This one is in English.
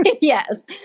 Yes